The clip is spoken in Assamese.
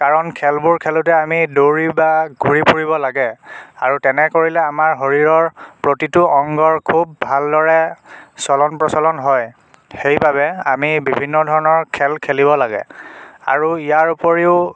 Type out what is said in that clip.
কাৰণ খেলবোৰ খেলোতে আমি দৌৰি বা ঘূৰি ফুৰিব লাগে আৰু তেনে কৰিলে আমাৰ শৰীৰৰ প্ৰতিটো অংগৰ খুব ভালদৰে চলন প্ৰচলন হয় সেইবাবে আমি বিভিন্ন ধৰণৰ খেল খেলিব লাগে আৰু ইয়াৰোপৰিও